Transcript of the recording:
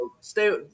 stay